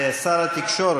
לשר התקשורת,